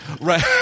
right